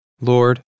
Lord